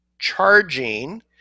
Charging